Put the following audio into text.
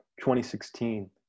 2016